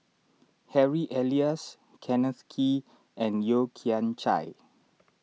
Harry Elias Kenneth Kee and Yeo Kian Chai